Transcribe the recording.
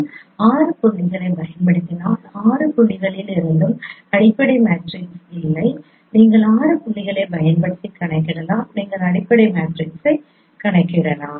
எனவே 6 புள்ளிகளைப் பயன்படுத்தினால் 6 புள்ளிகளிலிருந்தும் அடிப்படை மேட்ரிக்ஸ் இல்லை நீங்கள் 6 புள்ளிகளைப் பயன்படுத்தி கணக்கிடலாம் நீங்கள் அடிப்படை மேட்ரிக்ஸைக் கணக்கிடலாம்